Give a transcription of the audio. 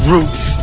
Roots